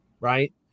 right